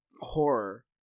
horror